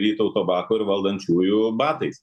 vytauto bako ir valdančiųjų batais